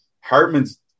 Hartman's